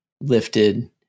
lifted